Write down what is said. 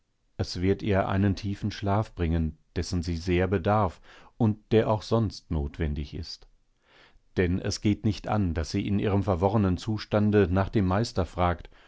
es wird ihr einen tiefen schlaf bringen dessen sie sehr bedarf und der auch sonst notwendig ist denn es geht nicht an daß sie in ihrem verworrenen zustande nach dem meister fragt